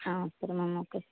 ஆ சரி ma'am okay